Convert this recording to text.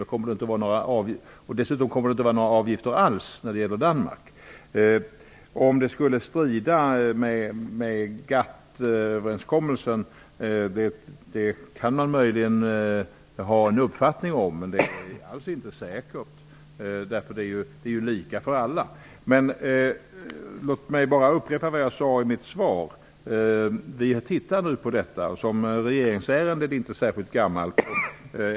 Det kommer inte att finnas några avgifter alls när det gäller Danmark. Om detta skulle strida mot GATT överenskommelsen kan man möjligen ha en uppfattning om, men det är alls inte säkert. Det är ju lika för alla. Låt mig upprepa vad jag sade i mitt svar. Vi studerar nu detta ärende, vilket såsom regeringsärende inte är särskilt gammalt.